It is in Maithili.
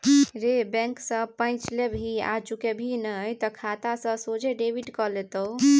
रे बैंक सँ पैंच लेबिही आ चुकेबिही नहि तए खाता सँ सोझे डेबिट कए लेतौ